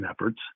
efforts